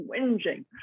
whinging